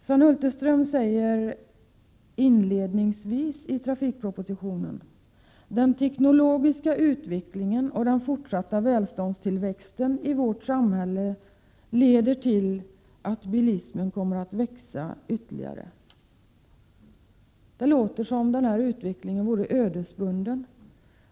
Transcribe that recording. Sven Hulterström säger inledningsvis i trafikpropositionen: ”Den teknologiska utvecklingen och den fortsatta välståndstillväxten i vårt samhälle leder till att bilismen kommer att växa ytterligare.” Det låter som om den utvecklingen vore ödesbunden.